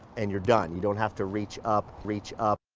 and you're done. you don't have to reach up. reach up.